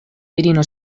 virino